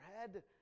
head